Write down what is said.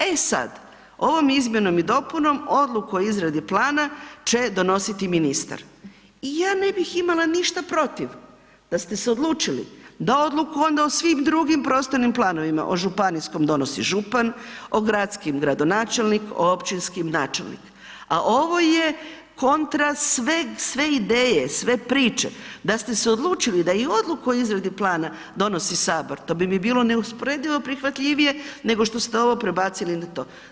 E sad, ovom izmjenom i dopunom Odluku o izradi plana će donositi ministar, i ja ne bih imala ništa protiv da ste se odlučili da Odluku onda o svim drugim prostornim planovima, o županijskom donosi župan, o gradskim gradonačelnik, o općinskim načelnik, a ovo je kontra sve ideje, sve priče, da ste se odlučili da i Odluku o izradi plana donosi Sabor, to bi mi bilo neusporedivo prihvatljivije nego što ste ovo prebacili na to.